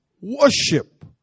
Worship